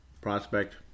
prospect